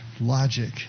logic